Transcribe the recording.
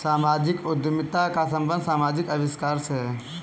सामाजिक उद्यमिता का संबंध समाजिक आविष्कार से है